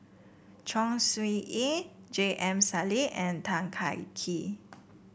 Chong Siew Ying J M Sali and Tan Kah Kee